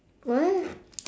what